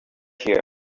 here